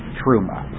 truma